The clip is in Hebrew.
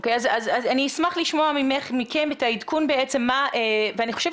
אני אשמח לשמוע מכם את העדכון ואני חושבת